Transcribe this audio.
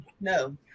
No